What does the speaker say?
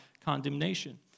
condemnation